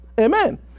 Amen